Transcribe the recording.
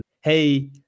hey